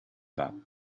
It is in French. pas